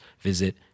visit